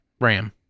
Ram